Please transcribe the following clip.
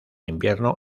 invierno